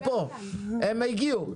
הם הגיעו.